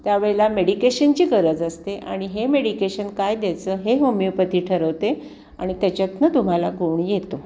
त्यावेळेला मेडिकेशनची गरज असते आणि हे मेडिकेशन काय द्यायचं हे होमिओपथी ठरवते आणि त्याच्यातून तुम्हाला गुण येतो